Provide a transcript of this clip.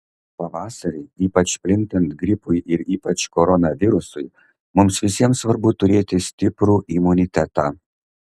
pavasarį ypač plintant gripui ir ypač koronavirusui mums visiems svarbu turėti stiprų imunitetą